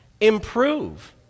improve